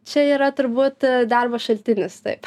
čia yra turbūt darbo šaltinis taip